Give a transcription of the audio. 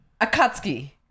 Akatsuki